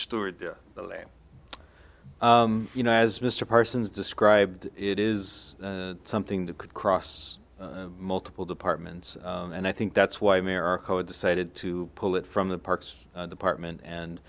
steward the lame you know as mr parsons described it is something that could cross multiple departments and i think that's why america decided to pull it from the parks department and